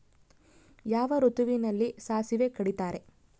ಯಾವ ಋತುವಿನಲ್ಲಿ ಸಾಸಿವೆ ಕಡಿತಾರೆ?